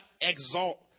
exalt